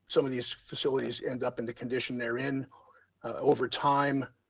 so of these facilities end up in the condition they're in over time,